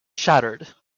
shattered